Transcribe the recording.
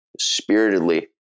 spiritedly